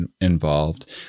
involved